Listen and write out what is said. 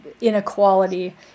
inequality